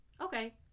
okay